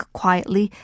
quietly